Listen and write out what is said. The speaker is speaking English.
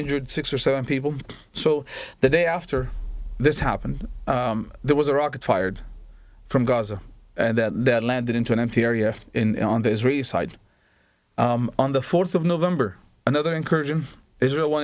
injured six or seven people so the day after this happened there was a rocket fired from gaza that landed into an empty area in on the israeli side on the fourth of november another incursion israel